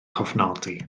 cofnodi